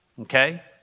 okay